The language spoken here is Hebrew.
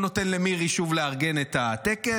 הוא נותן למירי שוב לארגן את הטקס.